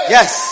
Yes